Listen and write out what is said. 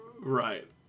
Right